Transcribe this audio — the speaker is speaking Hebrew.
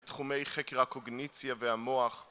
תחומי חקר הקוגניציה והמוח